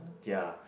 ya